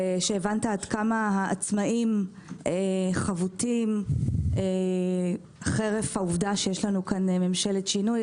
ושהבנת עד כמה העצמאיים חבוטים חרף העובדה שיש לנו ממשלת שינוי.